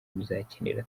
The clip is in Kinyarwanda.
muzakenera